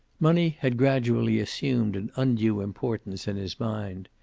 money had gradually assumed an undue importance in his mind.